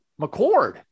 McCord